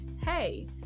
Hey